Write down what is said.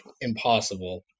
impossible